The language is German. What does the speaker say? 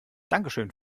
dankeschön